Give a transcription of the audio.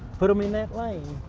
put them in that lane,